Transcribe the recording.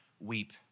weep